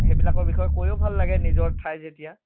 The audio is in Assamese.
সেইবিলাকৰ বিষয়ে কৈও ভাল লাগে নিজৰ ঠাই যেতিয়া